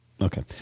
Okay